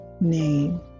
name